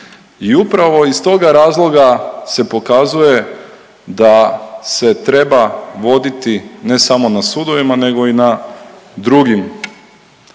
I upravo iz toga razloga se pokazuje da se treba voditi ne samo na sudovima nego i na drugim